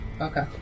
Okay